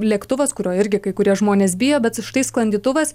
lėktuvas kurio irgi kai kurie žmonės bijo bet štai sklandytuvas